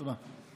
תודה.